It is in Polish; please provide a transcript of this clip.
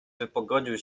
wypogodził